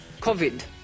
COVID